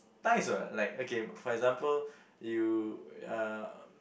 nice what like okay for example you uh